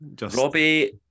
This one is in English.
Robbie